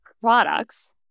products